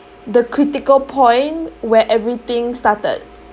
the critical point where everything started